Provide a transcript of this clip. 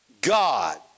God